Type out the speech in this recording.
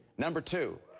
number two,